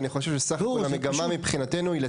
אני חושב שבסך הכל,